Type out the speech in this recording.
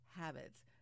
habits